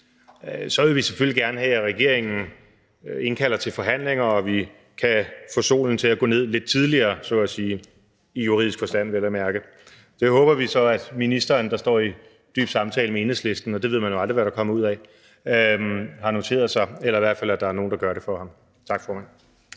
vil vi selvfølgelig gerne have, at regeringen indkalder til forhandlinger og vi kan få solen til at gå ned lidt tidligere så at sige, i juridisk forstand vel at mærke. Det håber vi så at ministeren, der står i dyb samtale med Enhedslisten, og det ved man jo aldrig hvad der kommer ud af, har noteret sig, eller at der i hvert fald er nogen, der gør det for ham. Tak, formand.